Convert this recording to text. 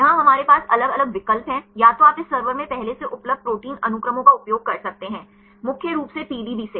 यहां हमारे पास अलग अलग विकल्प हैं या तो आप इस सर्वर में पहले से उपलब्ध प्रोटीन अनुक्रमों का उपयोग कर सकते हैं मुख्य रूप से पीडीबी से